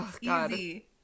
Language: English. Easy